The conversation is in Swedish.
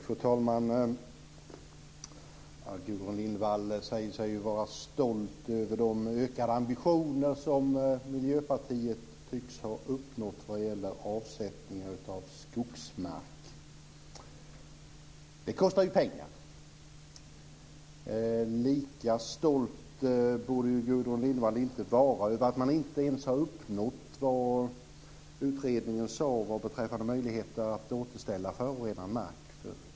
Fru talman! Gudrun Lindvall säger sig vara stolt över de ökade ambitioner som Miljöpartiet tycks ha uppnått när det gäller avsättningen av skogsmark. Det kostar ju pengar. Gudrun Lindvall borde inte vara lika stolt över att man inte ens har uppnått vad utredningen sade beträffande möjligheter att återställa förorenad mark.